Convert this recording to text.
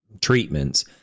treatments